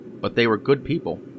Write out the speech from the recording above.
but-they-were-good-people